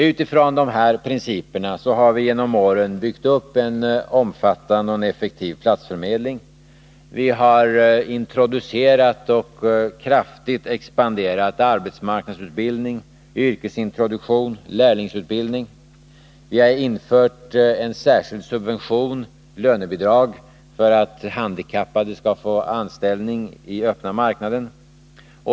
Utifrån dessa principer har vi genom åren byggt upp en omfattande och effektiv platsförmedling och introducerat och kraftigt expanderat arbets marknadsutbildning, yrkesintroduktion och lärlingsutbildning. Vi har infört en särskild subvention i form av lönebidrag för att handikappade skall få anställning i den öppna marknaden.